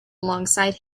alongside